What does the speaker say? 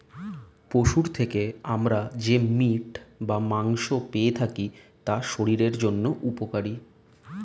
পশুর থেকে আমরা যে মিট বা মাংস পেয়ে থাকি তা শরীরের জন্য উপকারী